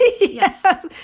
yes